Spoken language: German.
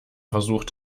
versucht